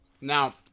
Now